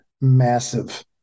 Massive